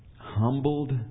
humbled